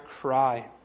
cry